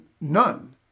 none